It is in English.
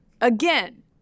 again